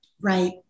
right